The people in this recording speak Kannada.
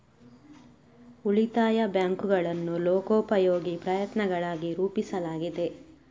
ಉಳಿತಾಯ ಬ್ಯಾಂಕುಗಳನ್ನು ಲೋಕೋಪಕಾರಿ ಪ್ರಯತ್ನಗಳಾಗಿ ರೂಪಿಸಲಾಗಿದೆ